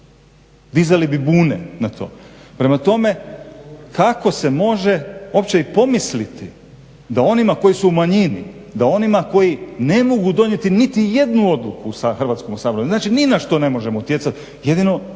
dizali bi bune na to. Prema tome, kako se može uopće i pomisliti da onima koji su u manjini, da onima koji ne mogu donijeti niti jednu odluku u Hrvatskom saboru znači ni na što ne možemo utjecati, jedino